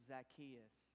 Zacchaeus